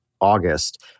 August